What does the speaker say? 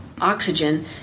oxygen